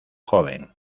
joven